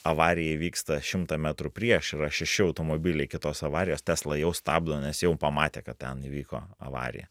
avarija įvyksta šimtą metrų prieš yra šeši automobiliai kitos avarijos tesla jau stabdo nes jau pamatė kad ten įvyko avarija